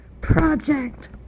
project